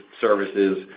services